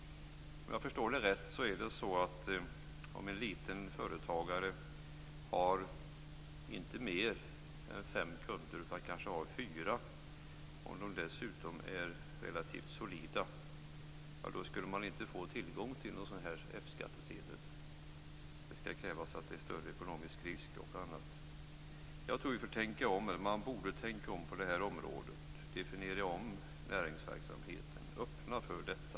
Om en liten företagare inte har mer än fem kunder utan kanske fyra och om dessa dessutom är relativt solida skulle företagaren, om jag förstår det rätt, inte få tillgång till någon F-skattsedel. Det krävs större ekonomisk risk, bl.a. Man borde tänka om på detta område. Man borde definiera om näringsverksamheten och öppna för detta.